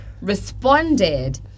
responded